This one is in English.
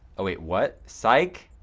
oh wait what? sike,